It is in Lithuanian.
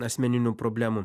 asmeninių problemų